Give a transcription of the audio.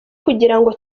kugirango